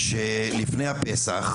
שלפני הפסח,